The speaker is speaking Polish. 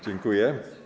Dziękuję.